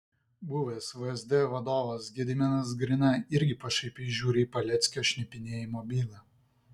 buvęs vsd vadovas gediminas grina irgi pašaipiai žiūri į paleckio šnipinėjimo bylą